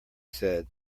said